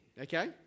okay